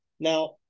Now